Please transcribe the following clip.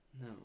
No